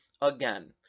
again